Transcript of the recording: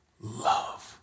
love